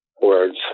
words